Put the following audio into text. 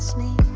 me